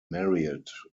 married